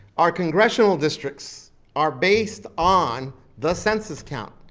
our congressional districts are based on the census count.